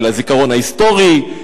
אל הזיכרון ההיסטורי,